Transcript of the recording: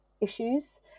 issues